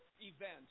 event